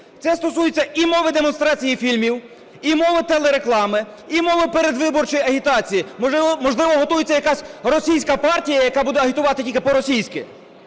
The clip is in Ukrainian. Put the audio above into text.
Це стосується і мови демонстрації фільмів, і мови телереклами, і мови передвиборчої агітації. Можливо, готується якась російська партія, яка буде агітувати тільки по-російськи?